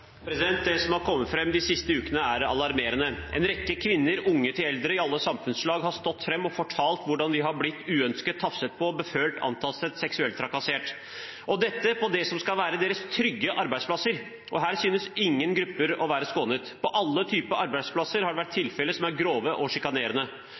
unge til eldre, i alle samfunnslag, har stått fram og fortalt hvordan de har blitt uønsket tafset på, befølt, antastet, seksuelt trakassert – dette på det som skal være deres trygge arbeidsplasser. Her synes ingen grupper å være skånet. På alle typer arbeidsplasser har det vært